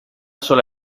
sola